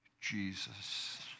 Jesus